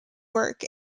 work